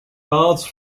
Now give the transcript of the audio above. baths